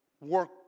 work